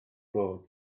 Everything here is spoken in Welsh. bod